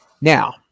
Now